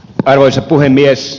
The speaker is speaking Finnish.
arvoisa puhemies